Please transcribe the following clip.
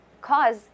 cause